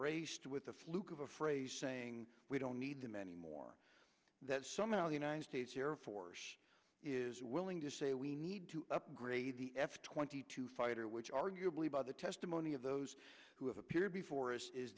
raised with a fluke of a phrase saying we don't need them anymore that somehow the united states air force is willing to say we need to upgrade the f twenty two fighter which arguably by the testimony of those who have appeared before